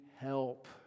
help